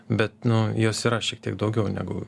bet nu jos yra šiek tiek daugiau negu